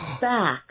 back